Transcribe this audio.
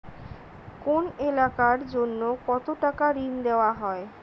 কোন এলাকার জন্য কত টাকা ঋণ দেয়া হয়?